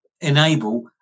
enable